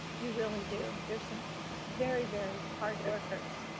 you really do, there's some very, very hard workers.